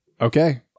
okay